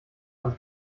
ans